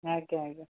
ଆଜ୍ଞା ଆଜ୍ଞା